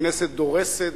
הכנסת דורסת,